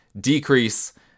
decrease